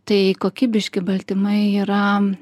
tai kokybiški baltymai yra